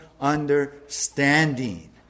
understanding